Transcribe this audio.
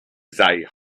sei